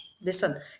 listen